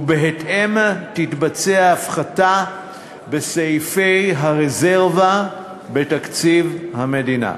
ובהתאם תתבצע הפחתה בסעיפי הרזרבה בתקציב המדינה.